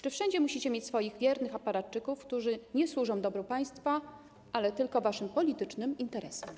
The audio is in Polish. Czy wszędzie musicie mieć swoich wiernych aparatczyków, którzy służą nie dobru państwa, ale tylko waszym politycznym interesom?